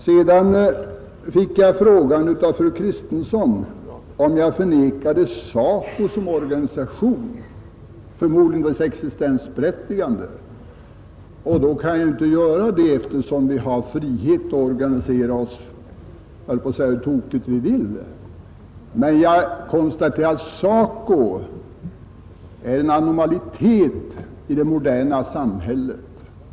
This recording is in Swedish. Fru Kristensson frågade om jag förnekade SACO som organisation, förmodligen dess existensberättigande. Det kan jag ju inte göra eftersom vi har frihet att organisera oss — jag höll på att säga hur tokigt vi vill. Men jag konstaterar att SACO är en anomali i det moderna samhället.